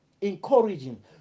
encouraging